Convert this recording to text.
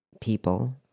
people